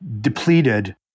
depleted